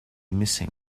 missing